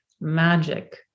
magic